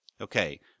okay